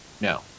no